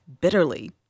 bitterly